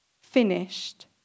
finished